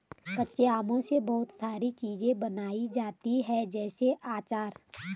कच्चे आम से बहुत सारी चीज़ें बनाई जाती है जैसे आचार